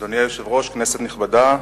אדוני היושב-ראש, כנסת נכבדה,